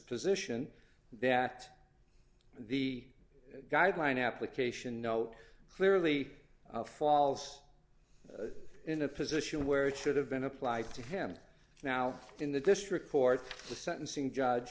position that the guideline application note clearly falls in a position where it should have been applied to him now in the district court the sentencing judge